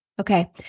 Okay